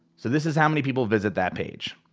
so this is how many people visit that page,